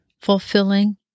fulfilling